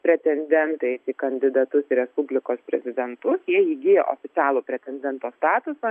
pretendentais į kandidatus į respublikos prezidentus jie įgijo oficialų pretendento statusą